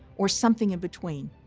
or something in between,